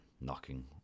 knocking